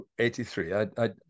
83